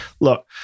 Look